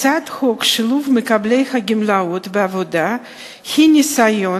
הצעת חוק שילוב מקבלי הגמלאות בעבודה היא ניסיון